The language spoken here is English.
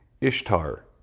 Ishtar